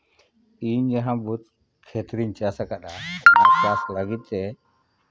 ᱤᱧ ᱡᱟᱦᱟᱸ ᱵᱟᱹᱫᱽ ᱠᱷᱮᱛ ᱨᱮᱧ ᱪᱟᱥ ᱟᱠᱟᱜᱼᱟ ᱚᱱᱟ ᱪᱟᱥ ᱞᱟᱹᱜᱤᱫ ᱛᱮ